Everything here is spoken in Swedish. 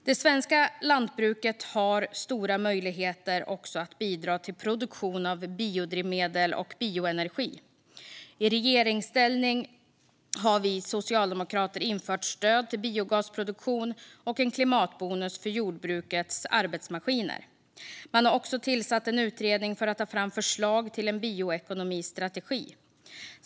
Det svenska lantbruket har stora möjligheter att bidra till produktion av biodrivmedel och bioenergi. I regeringsställning har vi socialdemokrater infört stöd till biogasproduktion och en klimatbonus för jordbrukets arbetsmaskiner. Man har också tillsatt en utredning för att ta fram förslag till en bioekonomistrategi.